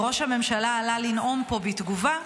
כשראש הממשלה עלה לנאום פה בתגובה,